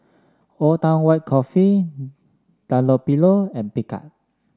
Old Town White Coffee Dunlopillo and Picard